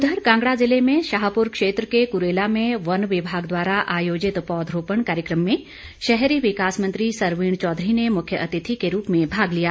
उधर कांगड़ा जिले में शाहपुर क्षेत्र के कुरेला में वन विभाग द्वारा आयोजित पौधरोपण कार्यक्रम में शहरी विकास मंत्री सरवीण चौधरी ने मुख्य अतिथि के रूप में भाग लिया